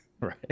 Right